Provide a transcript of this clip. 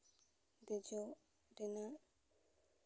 ᱫᱮᱡᱚᱜ ᱨᱮᱱᱟᱜ